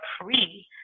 free